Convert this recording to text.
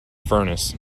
furnace